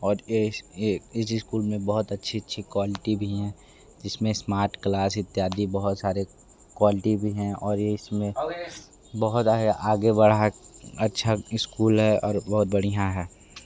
और इस स्कूल में बहुत अच्छी अच्छी क्वालिटी भी हैं जिसमें स्मार्ट क्लास इत्यादि बहुत सारे क्वालिटी भी है और ये इसमें बहुत ये आगे बढ़ा अच्छा स्कूल है और बहुत बाढ़िया है